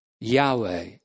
Yahweh